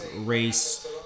race